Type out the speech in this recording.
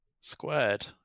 squared